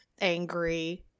angry